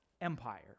Empire